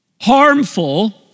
harmful